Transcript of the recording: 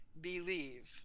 believe